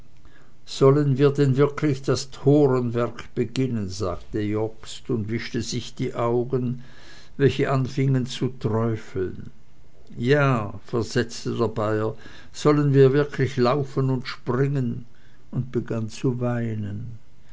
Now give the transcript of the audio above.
sollen wir denn wirklich das torenwerk beginnen sagte lobst und wischte sich die augen welche anfingen zu träufeln ja versetzte der bayer sollen wir wirklich laufen und springen und begann zu weinen